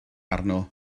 arno